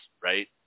right